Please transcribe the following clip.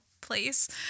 place